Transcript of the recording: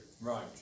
right